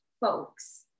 folks